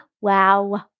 wow